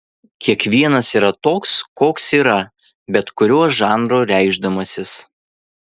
kiekvienas yra toks koks yra bet kuriuo žanru reikšdamasis